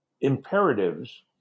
imperatives